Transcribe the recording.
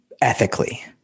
ethically